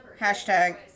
Hashtag